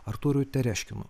artūru tereškinu